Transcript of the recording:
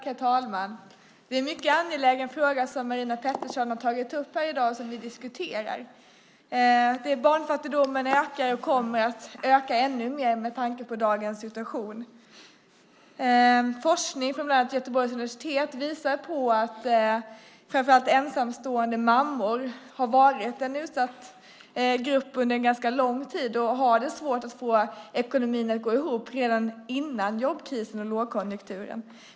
Herr talman! Det är en mycket angelägen fråga som Marina Pettersson har tagit upp i dag och som vi diskuterar. Barnfattigdomen ökar och kommer att öka ännu mer med tanke på dagens situation. Forskning från bland annat Göteborgs universitet visar att framför allt ensamstående mammor har varit en utsatt grupp under en ganska lång tid. De hade svårt att få ekonomin att gå ihop redan före jobbkrisen och lågkonjunkturen.